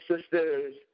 sisters